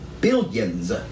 billions